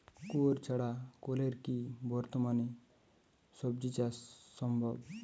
কুয়োর ছাড়া কলের কি বর্তমানে শ্বজিচাষ সম্ভব?